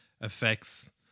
affects